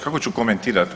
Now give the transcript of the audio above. Kako ću komentirati?